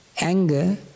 anger